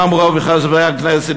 רוב חברי הכנסת,